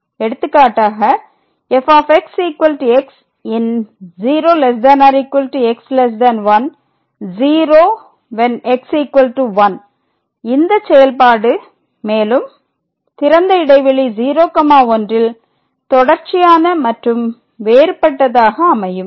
எடுத்துக்காட்டாக fxx 0x1 0 x1 இந்த செயல்பாடு மேலும் 01ல் தொடர்ச்சியான மற்றும் வேறுபட்டதாக அமையும்